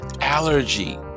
allergy